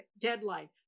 deadline